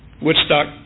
Woodstock